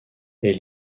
est